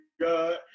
God